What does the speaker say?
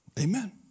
Amen